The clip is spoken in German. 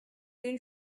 den